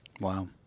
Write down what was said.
Wow